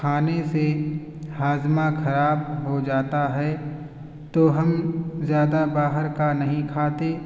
کھانے سے ہاضمہ خراب ہو جاتا ہے تو ہم زیادہ باہر کا نہیں کھاتے